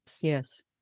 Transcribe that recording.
Yes